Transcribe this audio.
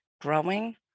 growing